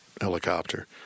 helicopter